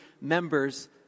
members